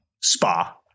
spa